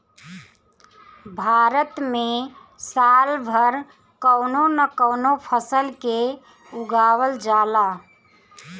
भारत में साल भर कवनो न कवनो फसल के उगावल जाला